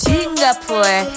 Singapore